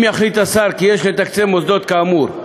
אם יחליט השר כי יש לתקצב מוסדות כאמור.